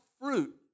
fruit